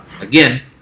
again